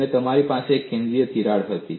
અને તમારી પાસે એક કેન્દ્રીય તિરાડ હતી